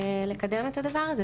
לקדם את הדבר הזה.